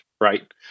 right